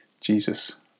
Jesus